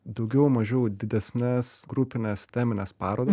daugiau mažiau didesnes grupines temines parodas